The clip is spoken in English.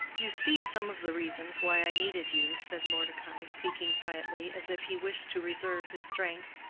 you see some of the reasons why i needed you, said mordecai, speaking quietly, as if he wished to reserve his strength.